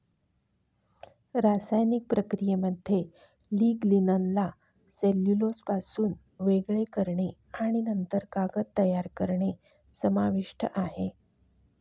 रासायनिक प्रक्रियेमध्ये लिग्निनला सेल्युलोजपासून वेगळे करणे आणि नंतर कागद तयार करणे समाविष्ट आहे